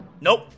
Nope